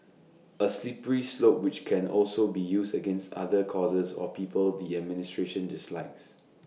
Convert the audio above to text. A slippery slope which can also be used against other causes or people the administration dislikes